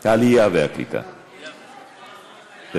העלייה והקליטה, בבקשה.